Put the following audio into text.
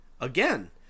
again